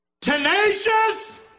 Tenacious